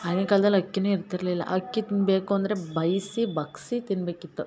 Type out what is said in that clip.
ಆಗಿನ ಕಾಲ್ದಲ್ಲಿ ಅಕ್ಕಿಯೂ ಇರ್ತಿರಲಿಲ್ಲ ಅಕ್ಕಿ ಬೇಕು ಅಂದರೆ ಬೆಯ್ಸಿ ಬಗ್ಗಿಸಿ ತಿನ್ನಬೇಕಿತ್ತು